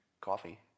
coffee